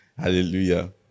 Hallelujah